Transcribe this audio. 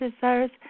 desires